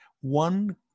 one